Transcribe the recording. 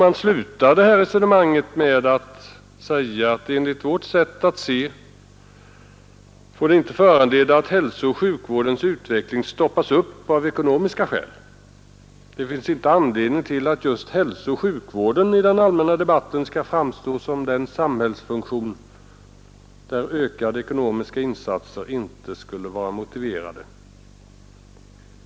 Man slutar sitt resonemang med följande: ”Enligt vårt sätt att se får inte detta föranleda, att hälsooch sjukvården stoppas upp av ekonomiska skäl. Det finns inte anledning till att just hälsooch sjukvården i den allmänna debatten skall framstå som den samhällsfunktion, där ökade ekonomiska insatser inte skulle vara motiverade.